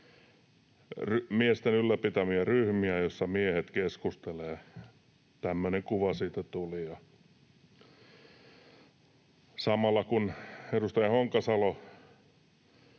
miesten ylläpitämiä ryhmiä, joissa miehet keskustelevat. Tämmöinen kuva siitä tuli. Samalla, kun edustaja Honkasalo